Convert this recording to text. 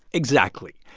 exactly.